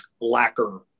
lacquer